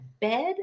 bed